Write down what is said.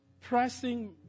pressing